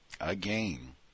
Again